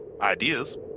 Ideas